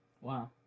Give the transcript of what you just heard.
Wow